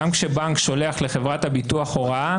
גם כשבנק שולח לחברת הביטוח הוראה,